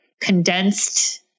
condensed